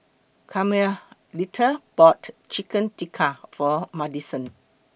Carmelita bought Chicken Tikka For Madisen